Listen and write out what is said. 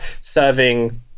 serving